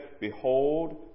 Behold